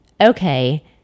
okay